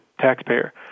taxpayer